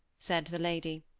said the lady.